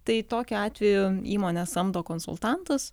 tai tokiu atveju įmonė samdo konsultantus